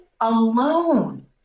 alone